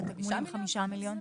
חמישה מיליון שקלים?